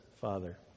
father